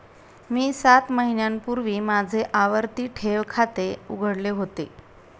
मी सात महिन्यांपूर्वी माझे आवर्ती ठेव खाते उघडले होते